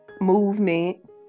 movement